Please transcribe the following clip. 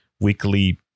weekly